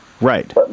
Right